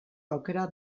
aukera